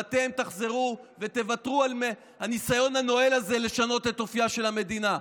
ואתם תחזרו ותוותרו על הניסיון הנואל הזה לשנות את אופייה של המדינה.